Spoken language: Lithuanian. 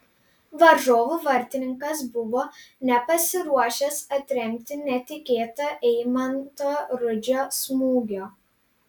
varžovų vartininkas buvo nepasiruošęs atremti netikėtą eimanto rudžio smūgio